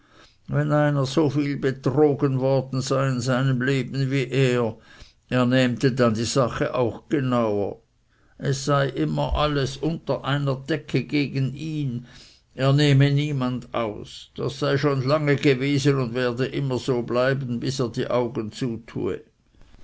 wenn einer so viel betrogen worden sei in seinem leben wie er er nähmte dann die sache auch genauer es sei immer alles unter einer decke gegen ihn er nehme niemand aus das sei schon lange gewesen und werde immer so bleiben bis er die augen zutue